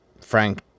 Frank